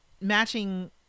matching